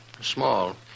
small